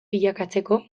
bilakatzeko